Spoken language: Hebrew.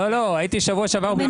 לא, לא, הייתי שבוע שעבר בדיון.